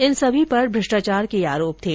इन सभी पर भ्रष्टाचार के आरोप थे